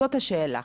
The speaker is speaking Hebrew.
זאת השאלה.